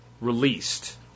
released